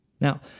Now